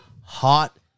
Hot